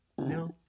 No